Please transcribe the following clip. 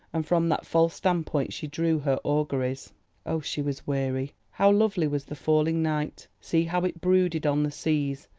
and from that false standpoint she drew her auguries oh, she was weary! how lovely was the falling night, see how it brooded on the seas!